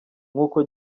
nk’uko